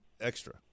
extra